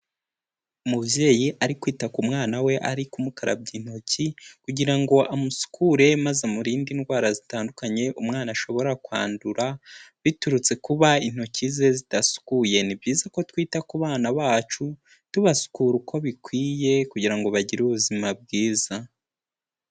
Umubyeyi ari kwita ku mwana we ari kumukarabya intoki kugira ngo amusukure maze amurinde indwara zitandukanye umwana ashobora kwandura biturutse kuba intoki ze zidasukuye, ni byiza ko twita ku bana bacu tubasukura uko bikwiye kugira ngo bagire ubuzima bwiza.